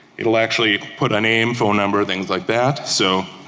it'll actually put a name, phone number, things like that. so,